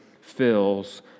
fills